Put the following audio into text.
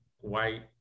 white